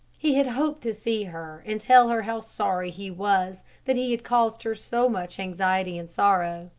he had hoped to see her and tell her how sorry he was that he had caused her so much anxiety and sorrow.